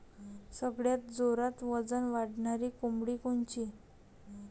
सगळ्यात जोरात वजन वाढणारी कोंबडी कोनची?